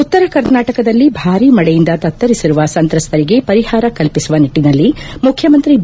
ಉತ್ತರ ಕರ್ನಾಟಕದಲ್ಲಿ ಭಾರಿ ಮಳೆಯಿಂದ ತತ್ತರಿಸಿರುವ ಸಂತ್ರಸ್ತರಿಗೆ ಪರಿಹಾರ ಕಲ್ಪಿಸುವ ನಿಟ್ಟನಲ್ಲಿ ಮುಖ್ಯಮಂತ್ರಿ ಬಿ